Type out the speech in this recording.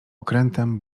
okrętem